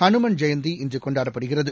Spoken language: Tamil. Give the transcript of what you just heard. ஹனுமன் ஜெயந்தி இன்று கொண்டாடப்படுகிறது